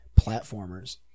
platformers